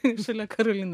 šalia karolina